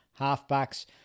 halfbacks